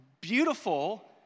beautiful